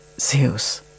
Zeus